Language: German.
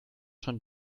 schon